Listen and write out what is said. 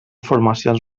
formacions